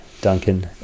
Duncan